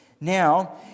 now